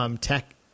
tech